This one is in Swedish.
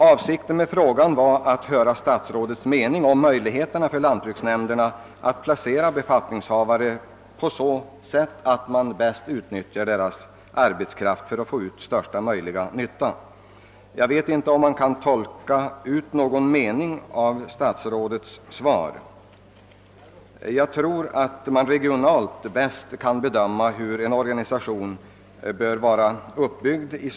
Avsikten med frågan var att få veta statsrådets mening om möjligheterna för lantbruksnämnderna att placera befattningshavarna så, att deras arbetskraft kan utnyttjas på bästa möjliga sätt. Det är knappast möjligt att uttolka någon mening om detta ur statsrådets svar. Jag tror att man regionalt bäst kan bedöma hur en organisation som denna bör vara uppbyggd.